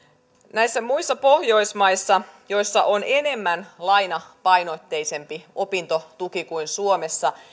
näissä muissa pohjoismaissa joissa on enemmän lainapainotteisempi opintotuki kuin suomessa